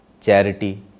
charity